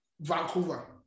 Vancouver